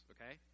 Okay